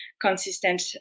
consistent